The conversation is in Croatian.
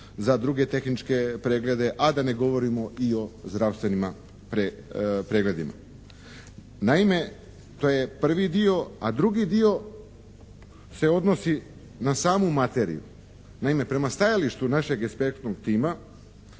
za druge tehničke preglede, a da ne govorim i o zdravstvenima pregledima. Naime, to je prvi dio, a drugi dio se odnosi na samu materiju. Naime, prema stajalištu našeg ekspertnog tima